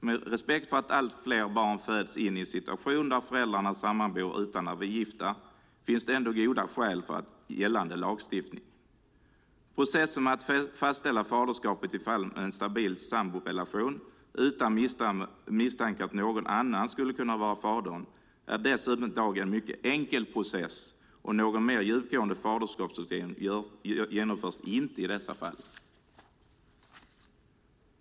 Med respekt för att allt fler barn föds in i en situation där föräldrarna sammanbor utan att vara gifta finns det ändå goda skäl för gällande lagstiftning. Processen med att fastställa faderskapet i fall med en stabil samborelation, utan misstanke om att någon annan man skulle kunna vara fadern, är i dag en mycket enkel process och någon mer djupgående faderskapsutredning genomförs inte i dessa fall.